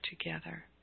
together